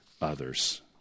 others